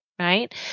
Right